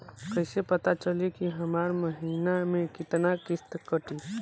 कईसे पता चली की हमार महीना में कितना किस्त कटी?